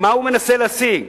מה הוא מנסה להשיג?